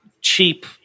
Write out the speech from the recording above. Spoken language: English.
cheap